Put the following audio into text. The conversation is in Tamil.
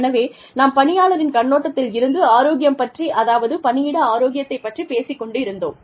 எனவே நாம் பணியாளரின் கண்ணோட்டத்தில் இருந்து ஆரோக்கியம் பற்றி அதாவது பணியிட ஆரோக்கியத்தைப் பற்றிப் பேசிக் கொண்டிருந்தோம்